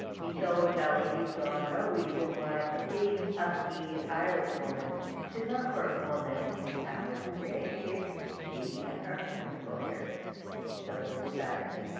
he told kelly he saw no reason why a big husky irish women should not work more than ten hours a day if she and her employer so desired.